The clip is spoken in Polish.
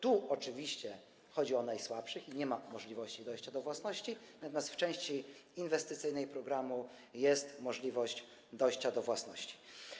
Tu oczywiście chodzi o najsłabszych i nie ma tu możliwości dojścia do własności, natomiast w części inwestycyjnej programu jest możliwość dojścia do własności.